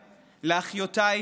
לאחיותיי,